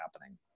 happening